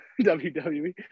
WWE